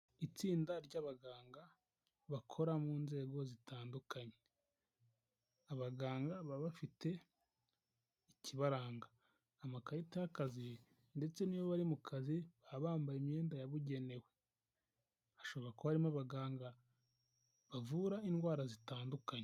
Itsinda ry'abaganga bakora mu nzego zitandukanye, abaganga baba bafite ikibaranga amakarita y'akazi ndetse n'iyo bari mu kazi baba bambaye imyenda yabugenewe, hashobora kuba harimo abaganga bavura indwara zitandukanye.